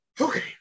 Okay